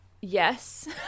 yes